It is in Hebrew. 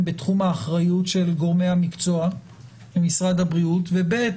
הן בתחום הן בתחום האחריות של גורמי המקצוע - משרד הבריאות; ו-ב.